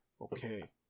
Okay